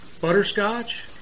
butterscotch